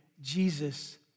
Jesus